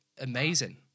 amazing